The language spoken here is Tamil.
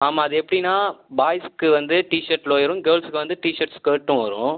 ஆமாம் அது எப்படின்னா பாய்ஸ்க்கு வந்து டிஷர்ட் லோயரும் கேர்ள்ஸ்க்கு வந்து டிஷர்ட் ஸ்கர்ட்டும் வரும்